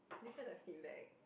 do you hear the feedback